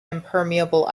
impermeable